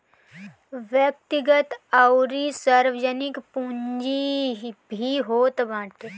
व्यक्तिगत अउरी सार्वजनिक पूंजी भी होत बाटे